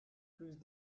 plus